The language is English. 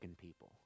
people